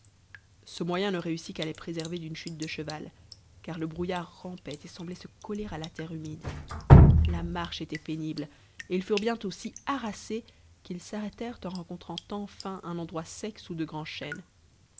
ce moyen ne réussit qu'à les préserver d'une chute de cheval car le brouillard rampait et semblait se coller à la terre humide la marche était pénible et ils furent bientôt si harassés qu'ils s'arrêtèrent en rencontrant enfin un endroit sec sous de grands chênes